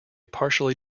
partially